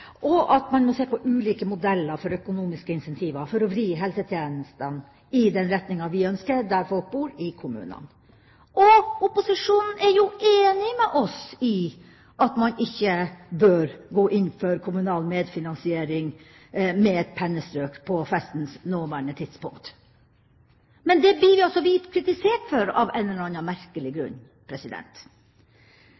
og at man må se på ulike modeller for økonomiske incentiver for å vri helsetjenestene i den retninga vi ønsker, dit folk bor – i kommunene. Og opposisjonen er jo enig med oss i at man ikke bør gå inn for kommunal medfinansiering med et pennestrøk på festens nåværende tidspunkt. Men det blir vi altså kritisert for, av en eller annen merkelig